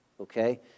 Okay